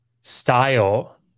style